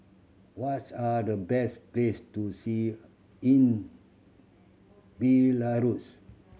what's are the best place to see in Belarus